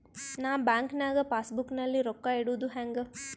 ನಾ ಬ್ಯಾಂಕ್ ನಾಗ passbook ನಲ್ಲಿ ರೊಕ್ಕ ಇಡುದು ಹ್ಯಾಂಗ್?